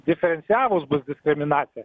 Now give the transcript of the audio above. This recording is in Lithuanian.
diferencijavus bus diskriminacija